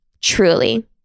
truly